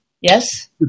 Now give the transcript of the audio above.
Yes